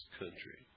country